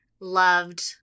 loved